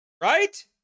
Right